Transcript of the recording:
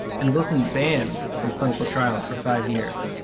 and wilson banned from clinical trials for five years.